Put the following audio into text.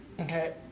Okay